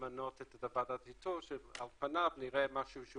למנות את ועדת האיתור שעל פניו נראה משהו שהוא